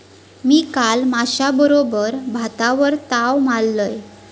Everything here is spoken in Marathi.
मी काल माश्याबरोबर भातावर ताव मारलंय